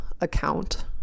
account